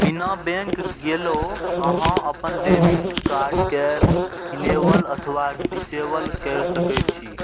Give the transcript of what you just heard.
बिना बैंक गेलो अहां अपन डेबिट कार्ड कें इनेबल अथवा डिसेबल कैर सकै छी